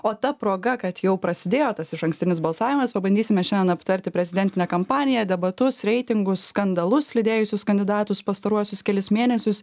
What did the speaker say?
o ta proga kad jau prasidėjo tas išankstinis balsavimas pabandysime šiandien aptarti prezidentinę kampaniją debatus reitingus skandalus lydėjusius kandidatus pastaruosius kelis mėnesius